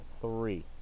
three